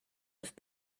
have